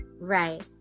Right